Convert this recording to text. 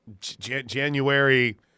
January